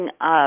up